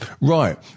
Right